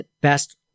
best